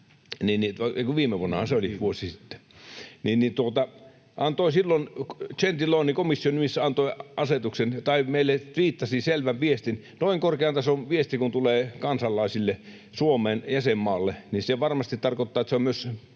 viime vuonnahan se oli, vuosi sitten... Silloin Gentiloni komission nimissä tviittasi meille selvän viestin. Noin korkean tason viesti kun tulee kansalaisille Suomeen, jäsenmaalle, niin se varmasti tarkoittaa, että se on myös